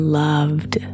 loved